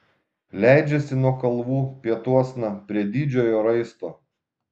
leidžiasi nuo kalvų pietuosna prie didžiojo raisto